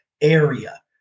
area